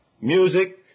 music